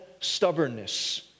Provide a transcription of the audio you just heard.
stubbornness